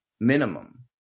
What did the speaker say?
minimum